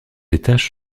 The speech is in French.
étages